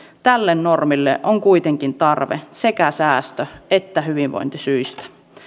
tälle normille on kuitenkin tarve sekä säästö että hyvinvointisyistä